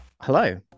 hello